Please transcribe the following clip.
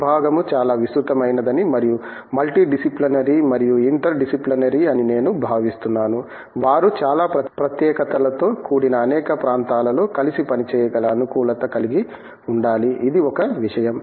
విభాగము చాలా విస్తృతమైనదని మరియు మల్టీడిసిప్లినరీ మరియు ఇంటర్ డిసిప్లినరీ అని నేను భావిస్తున్నాను వారు చాలా ప్రత్యేకతలతో కూడిన అనేక ప్రాంతాలతో కలిసి పని చేయగల అనుకూలత కలిగి ఉండాలి ఇది ఒక విషయం